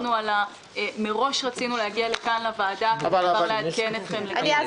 מראש רצינו להגיע לכאן לוועדה ולעדכן אתכם.